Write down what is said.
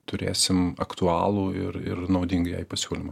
turėsim aktualų ir ir naudingą jai pasiūlymą